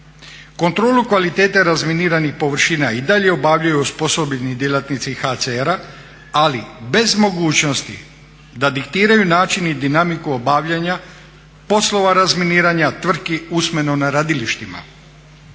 Kontrolu kvalitete razminiranih površina i dalje obavljaju osposobljeni djelatnici HCR-a, ali bez mogućnosti da diktiraju način i dinamiku obavljanja poslova razminiranja tvrtki usmeno na radilištima,